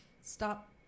stop